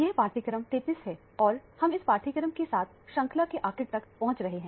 यह पाठ्यक्रम 33 है और हम इस पाठ्यक्रम के साथ श्रंखला के आखिर तक पहुंच रहे हैं